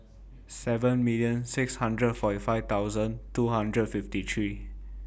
seven million six hundred forty five thousand two hundred fifty three